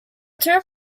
two